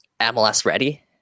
MLS-ready